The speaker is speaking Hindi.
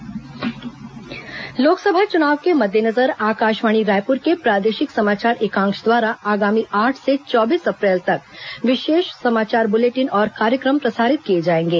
लोकसभा चुनाव विशेष बुलेटिन लोकसभा चुनाव के मद्देनजर आकाशवाणी रायपुर के प्रादेशिक समाचार एकांश द्वारा आगामी आठ से चौबीस अप्रैल तक विशेष समाचार बुलेटिन और कार्यक्रम प्रसारित किए जाएंगे